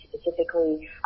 specifically